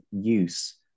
use